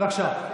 בבקשה.